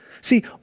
See